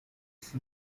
分子